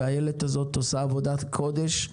ואיילת הזאת עושה עבודת קודש,